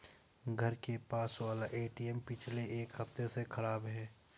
घर के पास वाला एटीएम पिछले एक हफ्ते से खराब है